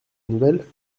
nouvelle